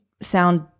sound